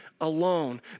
alone